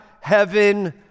heaven